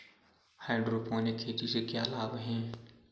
Hydroponic खेती से क्या लाभ हैं?